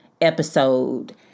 episode